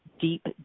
deep